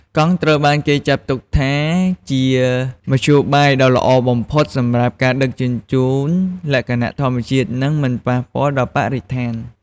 កង់ត្រូវបានគេចាត់ទុកថាជាមធ្យោបាយដ៏ល្អបំផុតសម្រាប់ការដឹកជញ្ជូនលក្ខណៈធម្មជាតិ និងមិនប៉ះពាល់ដល់បរិស្ថាន។